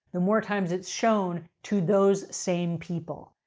the more times it's shown to those same people.